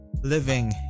living